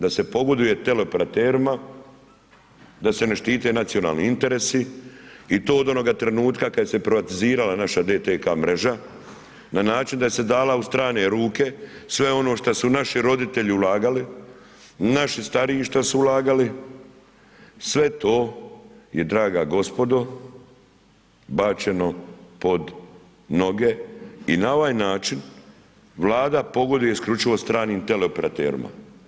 Da se pogoduje teleoperaterima, da se ne štite nacionalni interesi i to od onoga trenutka kad se privatizirala naša DTK mreža, na način da se dala u strane ruke, sve ono što su naši roditelji ulagali, naši stariji što su ulagali, sve to je draga gospodo, bačeno pod noge i na ovaj način Vlada pogoduje isključivo stranim teleoperaterima.